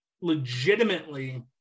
legitimately